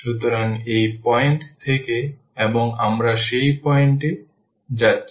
সুতরাং এই পয়েন্ট থেকে এবং আমরা সেই পয়েন্ট এ যাচ্ছি